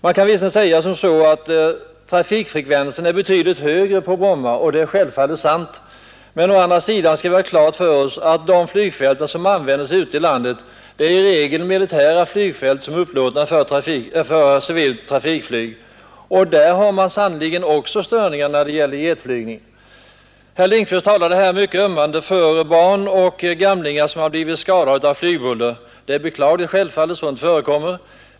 Man kan visserligen säga att trafikfrekven sen är betydligt större på Bromma, men å andra sidan skall vi ha klart för oss att de flygfält som används ute i landet i regel är militära flygfält som är upplåtna för civilt trafikflyg. Där har man sannerligen också störningar av jetflygningen. Herr Lindkvist talade mycket ömmande för barn och gamlingar som blir skadade av flygbuller. Det är självfallet beklagligt att sådant förekommer.